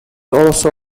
also